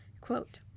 Quote